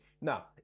Now